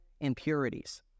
impurities